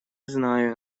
знаю